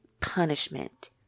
punishment